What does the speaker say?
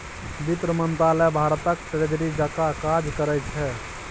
बित्त मंत्रालय भारतक ट्रेजरी जकाँ काज करै छै